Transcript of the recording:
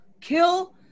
kill